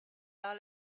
par